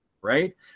right